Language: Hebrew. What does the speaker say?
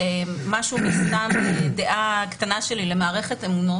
משהו מסתם דעה קטנה שלי למערכת אמונות?